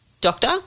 doctor